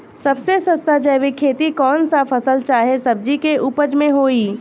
सबसे सस्ता जैविक खेती कौन सा फसल चाहे सब्जी के उपज मे होई?